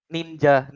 Ninja